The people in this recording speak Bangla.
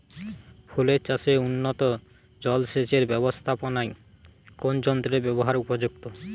ফুলের চাষে উন্নত জলসেচ এর ব্যাবস্থাপনায় কোন যন্ত্রের ব্যবহার উপযুক্ত?